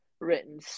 written